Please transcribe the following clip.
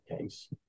case